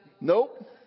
Nope